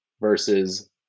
versus